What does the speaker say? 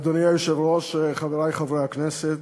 אדוני היושב-ראש, חברי חברי הכנסת,